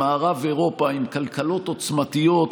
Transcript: במערב אירופה עם כלכלות עוצמתיות,